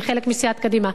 אני חלק מסיעת קדימה,